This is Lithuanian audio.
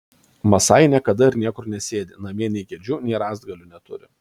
masajai niekada ir niekur nesėdi namie nei kėdžių nei rąstgalių neturi